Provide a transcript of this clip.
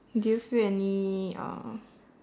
do you feel any uh